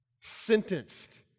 sentenced